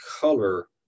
color